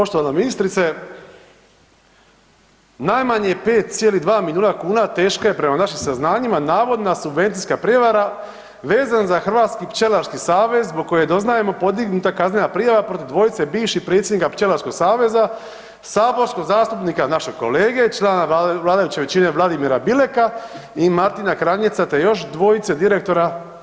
Poštovana ministrice, najmanje 5,2 milijuna kuna teška je, prema našim saznanjima, navodna subvencijska prijevara vezana za Hrvatski pčelarski savez zbog koje je doznajemo podignuta kaznena prijava protiv dvojice bivših predsjednika pčelarskog saveza, saborskog zastupnika, našeg kolega, člana vladajuće većine, Vladimira Bileka i Martina Kranjeca, te još dvojice direktora.